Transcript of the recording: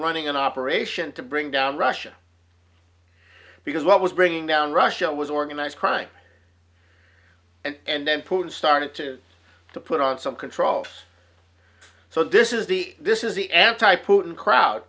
running an operation to bring down russia because what was bringing down russia was organized crime and then putin started to to put on some controls so this is the this is the anti putin crowd